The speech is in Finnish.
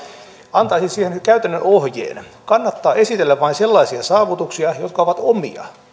antaisin siihen käytännön ohjeen kannattaa esitellä vain sellaisia saavutuksia jotka ovat omia